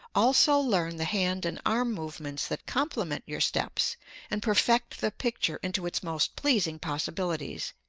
also learn the hand and arm movements that complement your steps and perfect the picture into its most pleasing possibilities,